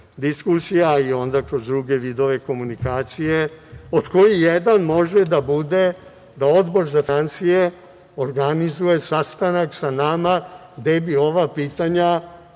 diskusija i onda kroz druge vidove komunikacije, od kojih jedan može da bude da Odbor za finansije organizuje sastanak sa nama gde bi ova pitanja